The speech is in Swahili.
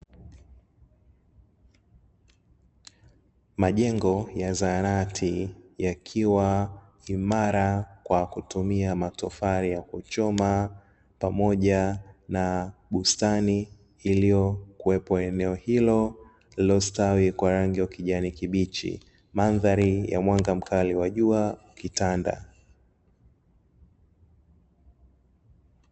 Majengo ya zahanati yakiwa imara kwa kutumia matofali ya kuchoma pamoja na bustani iliyokuwepo eneo hilo lililostawi kwa rangi ya kijani kibichi mandhari ya mwanga mkali wa jua ikitanda.